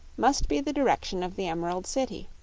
must be the direction of the emerald city.